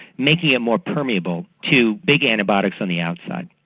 making it more permeable to big antibiotics on the outside.